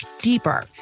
deeper